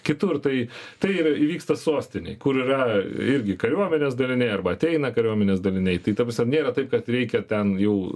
kitur tai tai yra įvyksta sostinėj kur yra irgi kariuomenės daliniai arba ateina kariuomenės daliniai tai ta prasme nėra taip kad reikia ten jau